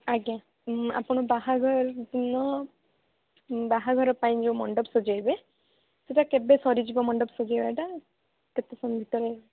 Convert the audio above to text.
ଆଜ୍ଞା ଆପଣ ବାହାଘର ଦିନ ବାହାଘର ପାଇଁ ଯେଉଁ ମଣ୍ଡପ ସଜାଇବେ ସେଇଟା କେବେ ସରିଯିବ ମଣ୍ଡପ ସଜାଇବାଟା କେତେ ସମୟ ଭିତରେ